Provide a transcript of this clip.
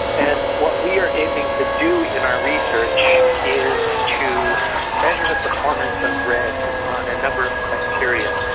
and what we are aiming to do in our research is to measure the performance of redd on a number of criteria,